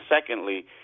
secondly